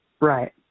Right